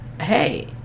hey